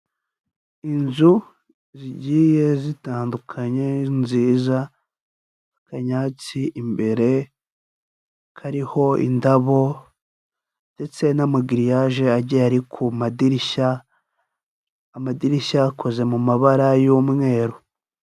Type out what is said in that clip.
Inzu zigiye zitandukanye nziza akanyatsi imbere kariho indabo ndetse n'amagiriyaje agiye ari ku madirishya, amadirishya akoze mu mabara y'umweru.